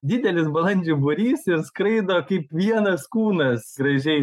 didelis balandžių būrys ir skraido kaip vienas kūnas gražiai